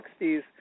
60s